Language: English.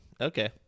Okay